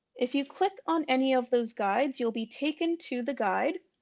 if you click on any of those guides you'll be taken to the guide